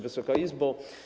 Wysoka Izbo!